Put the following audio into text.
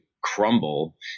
crumble